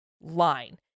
line